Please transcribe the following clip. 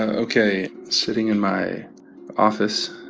ok. sitting in my office,